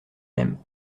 même